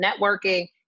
Networking